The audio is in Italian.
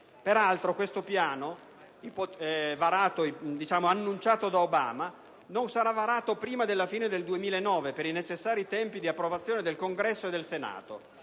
Peraltro, questo piano annunciato da Obama non sarà varato prima della fine del 2009, per i necessari tempi di approvazione del Congresso e del Senato,